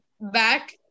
back